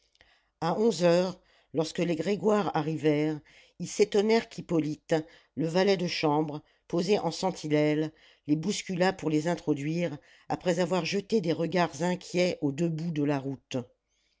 a onze heures lorsque les grégoire arrivèrent ils s'étonnèrent qu'hippolyte le valet de chambre posé en sentinelle les bousculât pour les introduire après avoir jeté des regards inquiets aux deux bouts de la route